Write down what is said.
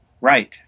Right